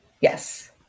Yes